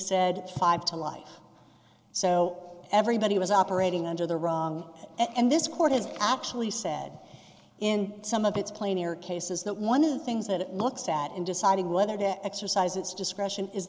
said five to life so everybody was operating under the wrong and this court has actually said in some of its plane air cases that one of the things that it looks at in deciding whether to exercise its discretion is